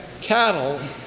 cattle